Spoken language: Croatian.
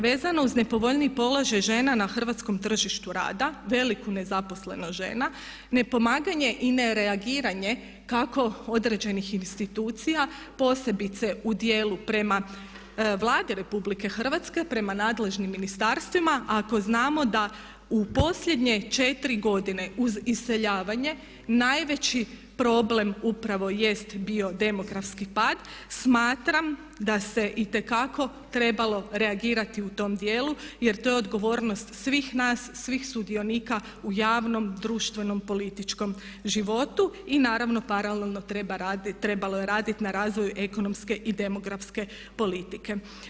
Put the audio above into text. Vezano uz nepovoljniji položaj žena na hrvatskom tržištu rada, veliku nezaposlenost žena, nepomaganje i nereagiranje kako određenih institucija posebice u dijelu prema Vladi Republike Hrvatske, prema nadležnim ministarstvima ako znamo da u posljednje četiri godine uz iseljavanje najveći problem upravo jest bio demografski pad smatram da se itekako trebalo reagirati u tom dijelu jer to je odgovornost svih nas, svih sudionika u javnom, društvenom, političkom životu i naravno paralelno trebalo je raditi na razvoju ekonomske i demografske politike.